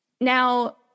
Now